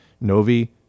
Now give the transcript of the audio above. Novi